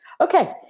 Okay